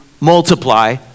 multiply